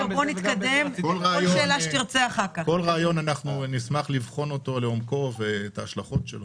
כל רעיון נשמח לבחון לעומקו, את ההשלכות שלו.